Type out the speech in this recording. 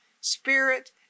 spirit